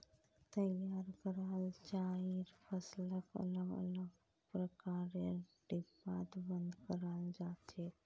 तैयार कराल चाइर फसलक अलग अलग प्रकारेर डिब्बात बंद कराल जा छेक